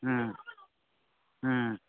ꯎꯝ ꯎꯝ